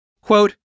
Quote